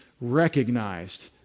recognized